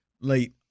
late